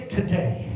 today